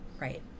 right